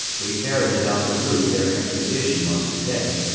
we ferreted out the route their expedition was to take.